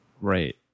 right